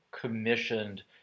Commissioned